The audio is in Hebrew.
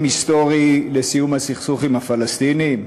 היסטורי על סיום הסכסוך עם הפלסטינים?